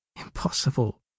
Impossible